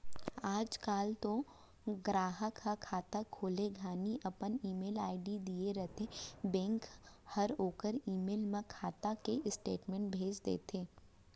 आज काल तो गराहक ह खाता खोले घानी अपन ईमेल आईडी दिए रथें बेंक हर ओकर ईमेल म खाता के स्टेटमेंट भेज देथे